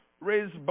raise